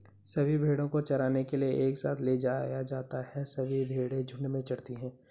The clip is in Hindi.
सभी भेड़ों को चराने के लिए एक साथ ले जाया जाता है सभी भेड़ें झुंड में चरती है